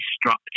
structure